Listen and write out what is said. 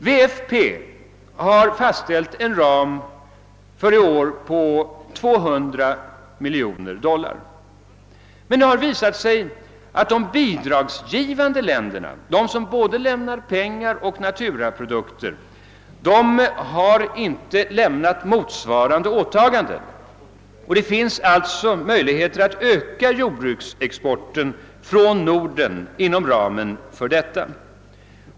WFP har fastställt en ram för i år på 200 miljoner dollar. Det har emellertid visat sig att de bidragsgivande länderna — de som lämnar både pengar och naturaprodukter — inte har gjort motsvarande åtaganden. Det finns alltså möjligheter att öka jordbruksexporten från Norden inom denna ram.